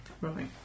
Right